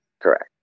Correct